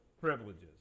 privileges